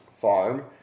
farm